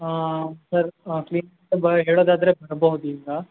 ಹಾಂ ಸರ್ ಕ್ಲಿನಿಕಿಗೆ ಬರೋಕ್ಕೆ ಹೇಳೋದಾದ್ರೆ ಬರ್ಬಹುದು ಈಗ